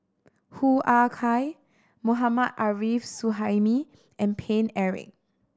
Hoo Ah Kay Mohammad Arif Suhaimi and Paine Eric